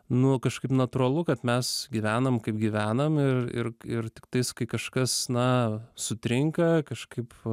nu kažkaip natūralu kad mes gyvenam kaip gyvenam ir ir ir tiktais kai kažkas na sutrinka kažkaip